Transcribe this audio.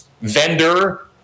vendor